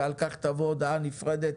ועל כך תבוא הודעה נפרדת.